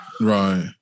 right